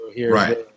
Right